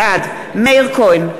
בעד מאיר כהן,